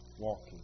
Walking